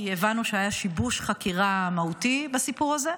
כי הבנו שהיה שיבוש חקירה מהותי בסיפור הזה.